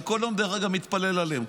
אני בכל יום מתפלל עליהם,